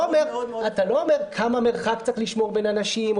אתה לא אומר כמה מרחק צריך לשמור בין אנשים,